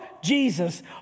Jesus